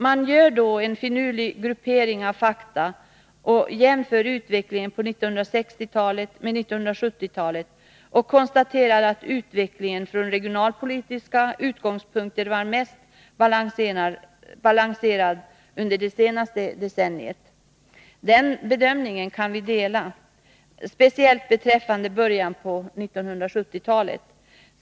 Man gör då en finurlig gruppering av fakta och jämför utvecklingen på 1960-talet med 1970-talets och konstaterar att utvecklingen från regionalpolitiska utgångspunkter var mest balanserad under det senare decenniet. Den bedömningen kan vi dela, speciellt beträffande början på 1970-talet.